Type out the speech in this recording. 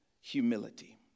humility